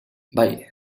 bai